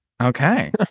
Okay